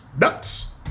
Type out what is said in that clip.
nuts